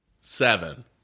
Seven